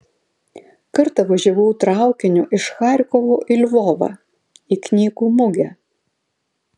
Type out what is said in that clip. kartą važiavau traukiniu iš charkovo į lvovą į knygų mugę